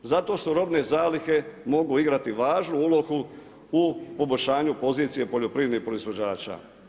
Zato robne zalihe mogu igrati važnu ulogu u poboljšanju pozicije poljoprivrednih proizvođača.